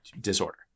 Disorder